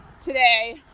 today